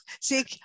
See